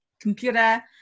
computer